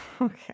okay